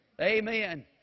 Amen